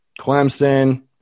Clemson